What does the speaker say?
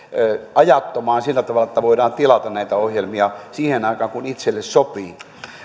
ajattomaan katseluun sillä tavalla että voidaan tilata näitä ohjelmia siihen aikaan kun itselle sopii